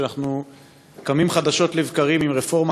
ואנחנו קמים חדשות לבקרים עם רפורמה